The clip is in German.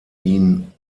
ihn